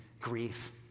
grief